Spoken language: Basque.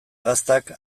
gaztak